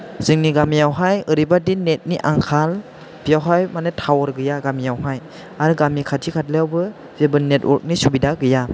जोंनि गामियावहाय ओरैबायदि नेटनि आंखाल बेवहाय माने टावार गैया गामियावहाय आरो गामि खाथि खालायावबो जेबो नेटवर्कनि सुबिदा गैया